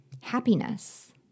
Happiness